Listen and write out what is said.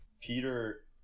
Peter